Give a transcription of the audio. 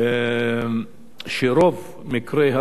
שרוב מקרי הרצח,